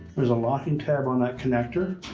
there's a locking tab on that connector.